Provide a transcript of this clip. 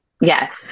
Yes